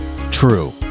true